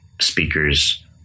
speakers